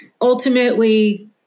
ultimately